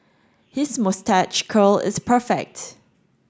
his moustache curl is perfect